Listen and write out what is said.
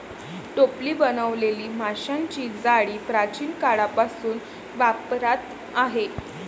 टोपली बनवलेली माशांची जाळी प्राचीन काळापासून वापरात आहे